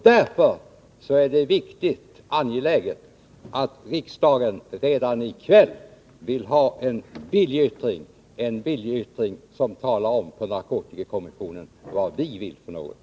Därför är det angeläget att riksdagen redan i kväll avger en viljeyttring, som talar om för narkotikakommissionen vad vi önskar.